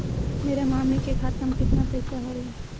मेरा मामी के खाता में कितना पैसा हेउ?